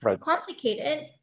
complicated